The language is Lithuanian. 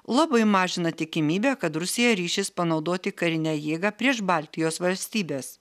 labai mažina tikimybę kad rusija ryšis panaudoti karinę jėgą prieš baltijos valstybes